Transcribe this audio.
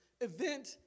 event